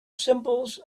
symbols